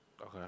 Okay